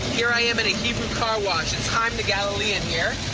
here i am at a hebrew carwash. it's chaim, the galilean here.